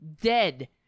dead